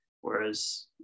Whereas